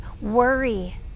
worry